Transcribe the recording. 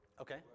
okay